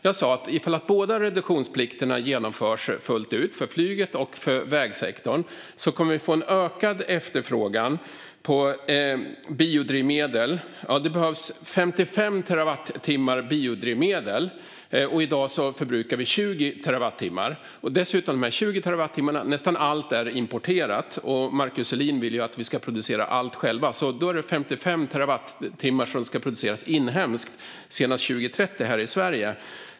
Jag sa att ifall båda reduktionsplikterna genomförs fullt ut, för flyget och för vägsektorn, kommer vi att få en ökad efterfrågan på biodrivmedel. Det behövs 55 terawattimmar biodrivmedel. I dag förbrukar vi 20 terawattimmar. Dessutom är nästan allt till de 20 terawattimmarna importerat. Och Markus Selin vill att vi ska producera allt själva. Då är det alltså 55 inhemska terawattimmar som senast 2030 ska produceras här i Sverige.